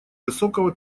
высокого